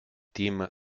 team